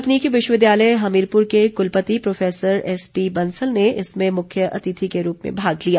तकनीकी विश्वविद्यालय हमीरपुर के कुलपति प्रोफैसर एसपी बंसल ने इसमें मुख्य अतिथि के रूप में भाग लिया